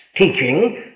teaching